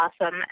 awesome